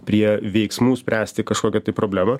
prie veiksmų spręsti kažkokią problemą